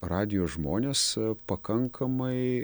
radijo žmonės pakankamai